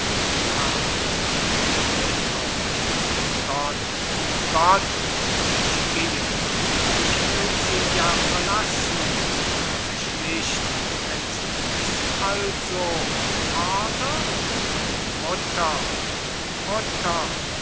carlos steht auf gott gott ich gehe ich will sie ja verlassen muß ich nicht wenn sie es also fordern mutter mutter